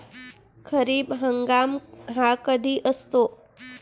खरीप हंगाम हा कधी असतो?